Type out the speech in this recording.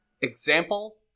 example